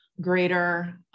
Greater